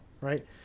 right